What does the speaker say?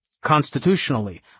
constitutionally